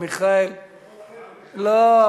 מיכאל, לא.